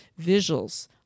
Visuals